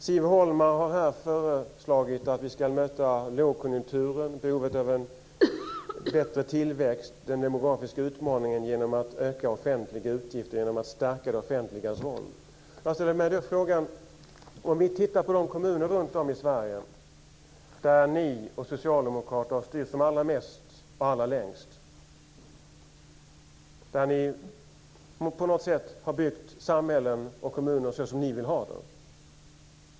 Siv Holma har här föreslagit att vi ska möta lågkonjunkturen, behovet av en bättre tillväxt och den demografiska utmaningen med att öka offentliga utgifter och stärka det offentligas roll. I de kommuner runtom i Sverige där ni och socialdemokrater har styrt som allra mest och allra längst har ni på något sätt byggt samhällen och kommuner såsom ni vill ha dem.